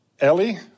Ellie